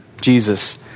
Jesus